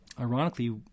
ironically